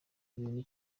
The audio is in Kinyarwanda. ikintu